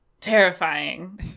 Terrifying